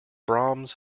brahms